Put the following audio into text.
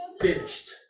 finished